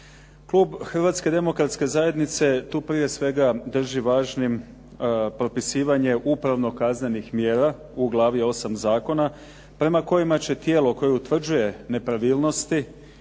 Klub Hrvatske demokratske zajednice tu prije svega drži važnim propisivanje upravno kaznenih mjera u glavi 8 zakona, prema kojima će tijelo koje utvrđuje nepravilnosti